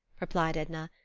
replied edna,